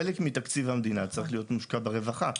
חלק מתקציב המדינה צריך מושקע ברווחה,